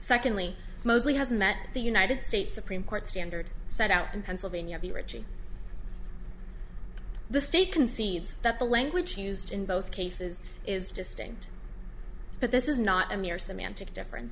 secondly mosley has met the united states supreme court standard set out in pennsylvania the rigi the state concedes that the language used in both cases is distinct but this is not a mere semantic difference